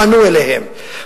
פנו אליהם,